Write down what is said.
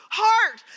heart